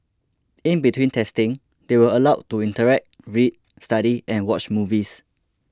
in between testing they were allowed to interact read study and watch movies